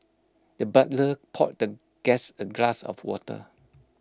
the butler poured the guest A glass of water